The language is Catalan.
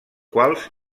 quals